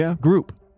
group